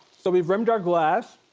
so we've rimmed our glass.